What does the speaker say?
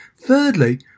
Thirdly